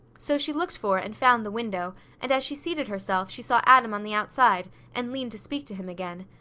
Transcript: so she looked for and found the window and as she seated herself she saw adam on the outside and leaned to speak to him again.